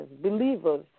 believers